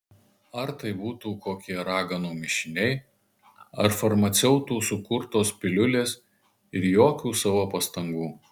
ar tai būtų kokie raganų mišiniai ar farmaceutų sukurtos piliulės ir jokių savo pastangų